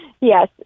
Yes